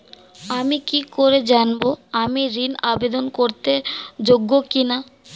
আমি কি করে জানব আমি ঋন আবেদন করতে যোগ্য কি না?